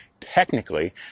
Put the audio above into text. technically